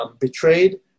betrayed